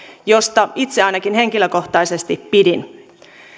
josta itse ainakin henkilökohtaisesti pidin